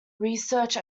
research